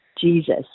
Jesus